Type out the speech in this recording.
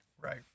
right